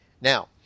Now